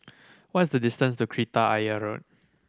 what is the distance to Kreta Ayer Road